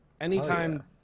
Anytime